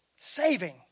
Saving